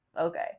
Okay